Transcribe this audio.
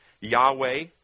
Yahweh